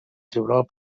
tribunal